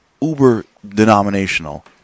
uber-denominational